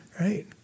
right